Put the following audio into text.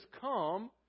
come